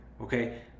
okay